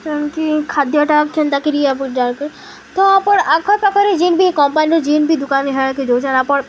ସେମିତି ଖାଦ୍ୟଟା କେନ୍ତାକିରି ଆପଣ ଜାଣିବେ ତ ଆପଣଙ୍କ ଆଖପାଖରେ ଯେନ୍ ବିି କମ୍ପାନୀର ଜିନ୍ ବିି ଦୋକାନ ସେଟାକେ ଦେଉଛନ୍ ଆପଣ